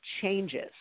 changes